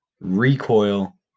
Recoil